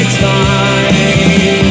time